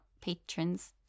Patrons